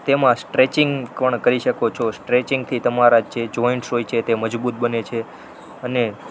તેમાં સ્ટ્રેચિંગ પણ કરી શકો છો સ્ટ્રેચિંગથી તમારા જે જોઇન્ટ્સ હોય છે તે મજબૂત બને છે અને